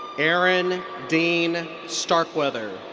aaron dean starkweather.